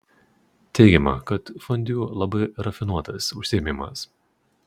teigiama kad fondiu labai rafinuotas užsiėmimas